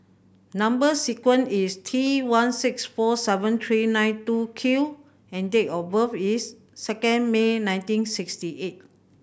number sequence is T one six four seven three nine two Q and date of birth is second May nineteen sixty eight